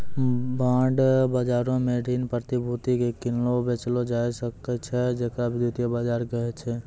bond बजारो मे ऋण प्रतिभूति के किनलो बेचलो जाय सकै छै जेकरा द्वितीय बजार कहै छै